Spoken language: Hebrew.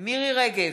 מירי מרים רגב,